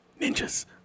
ninjas